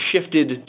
shifted